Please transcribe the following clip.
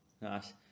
Nice